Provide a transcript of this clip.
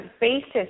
basis